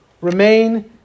remain